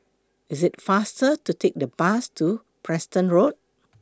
IT IS faster to Take The Bus to Preston Road